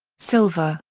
silver,